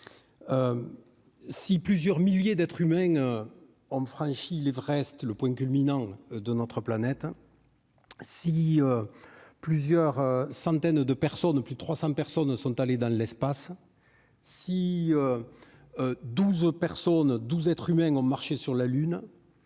si plusieurs milliers d'être s'humains ont franchi l'Everest, le point culminant de notre planète si plusieurs centaines de personnes de plus de 300 personnes sont allés dans l'espace, si douze personnes douze être s'humains ont marché sur la Lune,